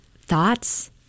thoughts